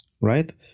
right